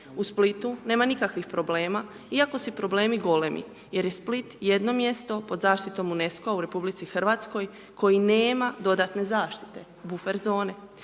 u Splitu nema nikakvih problema iako su problemi golemi jer je Split jedno mjesto pod zaštitom UNESCO-a u RH koji nema dodatne zaštite, buffer zone.